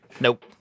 Nope